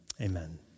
Amen